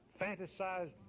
fantasized